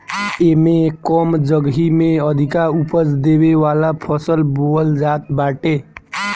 एमे कम जगही में अधिका उपज देवे वाला फसल बोअल जात बाटे